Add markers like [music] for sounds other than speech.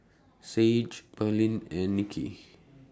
Sage Pearline and Niki [noise]